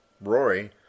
Rory